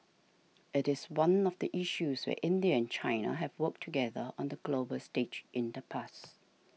it is one of the issues where India and China have worked together on the global stage in the past